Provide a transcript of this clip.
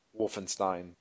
Wolfenstein